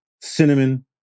cinnamon